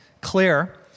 clear